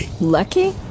lucky